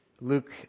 Luke